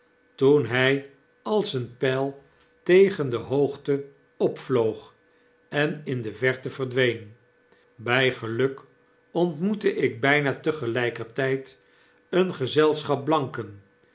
toen hij als een pyi tegen de hoogte opvloog en in de verte verdween by geluk ontmoette ik bijna tegelykertyd een gezelschap blanken